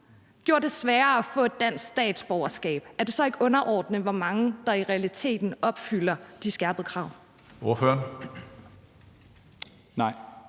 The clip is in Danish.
gjorde det sværere at få et dansk statsborgerskab, er det så ikke underordnet, hvor mange der i realiteten opfylder de skærpede krav?